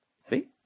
See